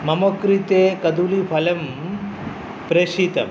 मम कृते कदलीफलं प्रेषितं